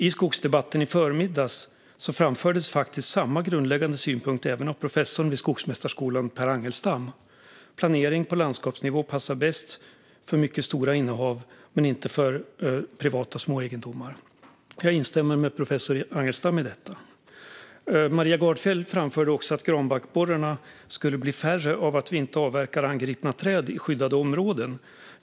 I skogsdebatten i förmiddags framfördes faktiskt samma grundläggande synpunkt även av professorn vid Skogsmästarskolan Per Angelstam. Planering på landskapsnivå passar bäst för mycket stora innehav och inte för privata små egendomar. Jag instämmer med professor Angelstam i detta. Maria Gardfjell framförde också att granbarkborrarna skulle bli färre av att vi inte avverkar angripna träd i skyddade områden.